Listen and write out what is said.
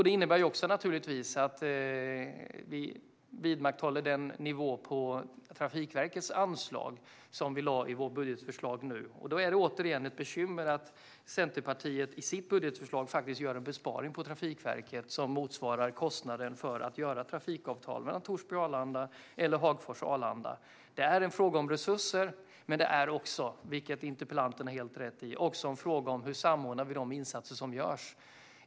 Det innebär naturligtvis också att vi vidmakthåller den nivå på Trafikverkets anslag som vi lade i vårt budgetförslag nu, och då är det återigen ett bekymmer att Centerpartiet i sitt budgetförslag faktiskt gör en besparing på Trafikverket som motsvarar kostnaden för att göra trafikavtal mellan Torsby och Arlanda eller Hagfors och Arlanda. Det är en fråga om resurser, men det är också, vilket interpellanten har helt rätt i, en fråga om hur vi samordnar de insatser som görs.